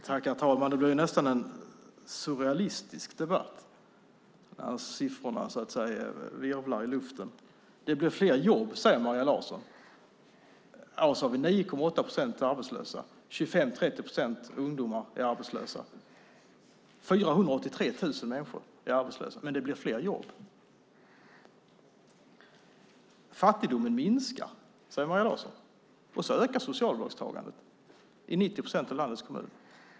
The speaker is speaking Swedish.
Herr talman! Det blir nästan en surrealistisk debatt. Siffrorna virvlar i luften. Det blir fler jobb, säger Maria Larsson. Men vi har en arbetslöshet på 9,8 procent, och 25-30 procent av ungdomarna är arbetslösa. Det är 483 000 människor som är arbetslösa, men det blir fler jobb. Fattigdomen minskar, säger Maria Larsson. Och så ökar socialbidragstagandet i 90 procent av landets kommuner.